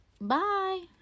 Bye